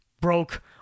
broke